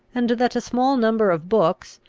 and that a small number of books,